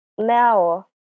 now